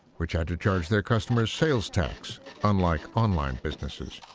which had to charge their customers sales tax, unlike online businesses.